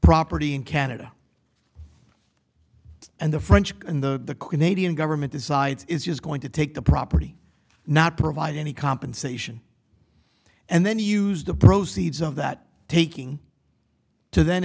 property in canada and the french and the canadian government decides is going to take the property not provide any compensation and then use the proceeds of that taking to then